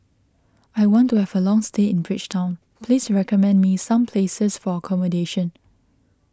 I want to have a long stay in Bridgetown please recommend me some places for accommodation